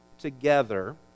together